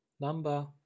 Number